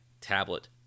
tablet